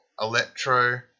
Electro